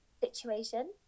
situation